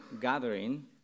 gathering